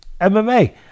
MMA